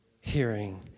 hearing